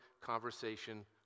conversation